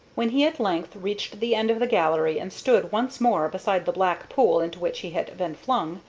when he at length reached the end of the gallery and stood once more beside the black pool into which he had been flung,